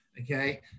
Okay